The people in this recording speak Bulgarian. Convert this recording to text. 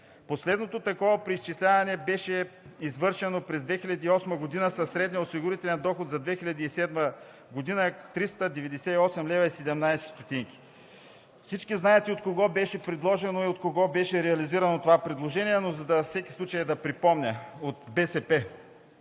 Последното такова преизчисляване беше извършено през 2008 г. със средния осигурителен доход за 2007 г. – 398,17 лв. Всички знаете от кого беше предложено и от кого беше реализирано това предложение, но за всеки случай да припомня – БСП.